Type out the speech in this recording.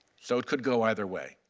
so it could go either way.